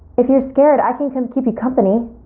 if you're scared i can come keep you company.